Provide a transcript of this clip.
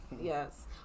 Yes